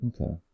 Okay